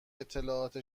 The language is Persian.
اطلاعات